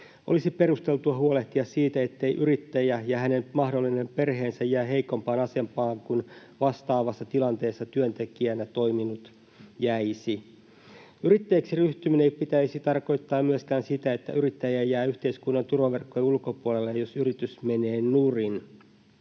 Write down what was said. Olisi perusteltua huolehtia siitä, ettei yrittäjä ja hänen mahdollinen perheensä jää heikompaan asemaan kuin vastaavassa tilanteessa työntekijänä toiminut jäisi. Yrittäjäksi ryhtymisen ei pitäisi tarkoittaa myöskään sitä, että yrittäjä jää yhteiskunnan turvaverkkojen ulkopuolelle, jos yritys menee nurin.